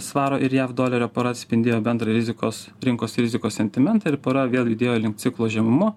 svaro ir jav dolerio pora atspindėjo bendrą rizikos rinkos rizikos sentimentą ir pora vėl judėjo link ciklo žemumų